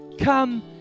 Come